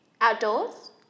Outdoors